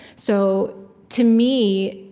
so to me,